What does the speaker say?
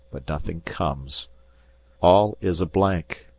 but nothing comes all is a blank,